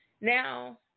Now